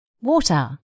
water